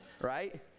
Right